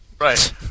right